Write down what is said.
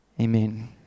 Amen